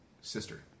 Sister